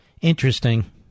Interesting